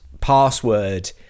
password